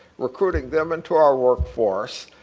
recruiting them into our workforce,